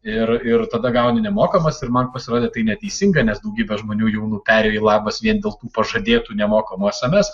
ir ir tada gauni nemokamas ir man pasirodė tai neteisinga nes daugybė žmonių jaunų perėjo labas vien dėl tų pažadėtų nemokamų sms